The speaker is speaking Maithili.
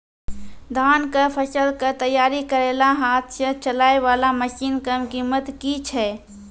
धान कऽ फसल कऽ तैयारी करेला हाथ सऽ चलाय वाला मसीन कऽ कीमत की छै?